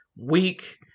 weak